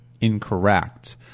incorrect